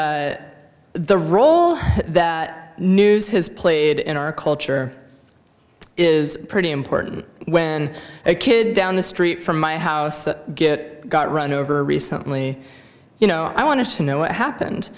and the role that news has played in our culture is pretty important when a kid down the street from my house get got run over recently you know i want to know what happened